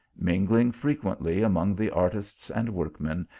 mingling frequently among the artists and workmen,